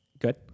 good